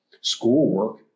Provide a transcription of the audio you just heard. schoolwork